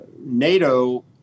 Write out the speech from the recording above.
NATO